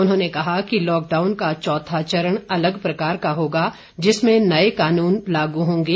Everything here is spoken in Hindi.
उन्होंने कहा कि लॉकडाउन का चौथा चरण अलग प्रकार का होगा जिसमें नये नियम लागू होंगे